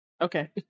Okay